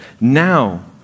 now